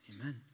Amen